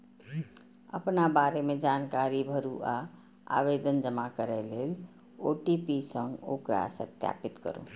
अपना बारे मे जानकारी भरू आ आवेदन जमा करै लेल ओ.टी.पी सं ओकरा सत्यापित करू